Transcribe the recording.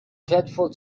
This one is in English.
dreadful